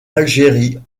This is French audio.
algérie